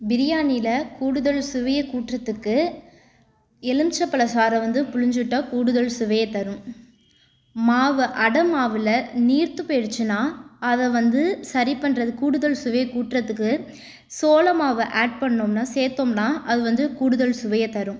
பிரியாணியில் கூடுதல் சுவையை கூற்றத்துக்கு எலுமிச்சபழ சாறை வந்து பிழிஞ்சுட்டா கூடுதல் சுவையை தரும் மாவை அடமாவில் நீர்த்து போய்டுச்சின்னா அதை வந்து சரி பண்ணுறது கூடுதல் சுவையை கூற்றத்துக்கு சோளமாவை ஆட் பண்ணோம்னா சேர்த்தோம்னா அது வந்து கூடுதல் சுவையை தரும்